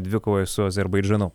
dvikovoje su azerbaidžanu